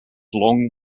long